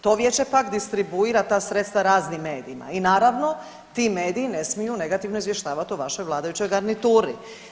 To Vijeće pak distribuira ta sredstva raznim medijima i naravno ti mediji ne smiju negativno izvještavati o vašoj vladajućoj garnituri.